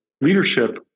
leadership